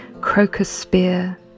crocus-spear